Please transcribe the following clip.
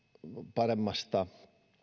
paremmasta